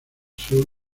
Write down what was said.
sur